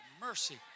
Mercy